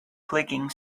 clicking